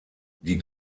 die